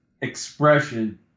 expression